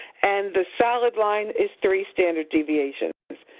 and the solid line is three standard deviations,